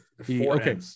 Okay